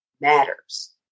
matters